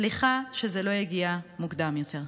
סליחה שזה לא הגיע מוקדם יותר.